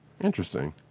Interesting